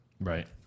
Right